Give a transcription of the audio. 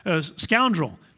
scoundrel